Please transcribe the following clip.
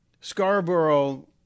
Scarborough